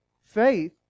Faith